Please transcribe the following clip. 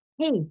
Hey